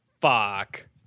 Fuck